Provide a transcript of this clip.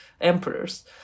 emperors